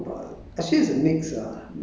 um